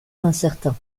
incertain